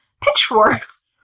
pitchforks